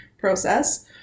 process